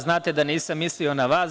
Znate, da nisam mislio na vas.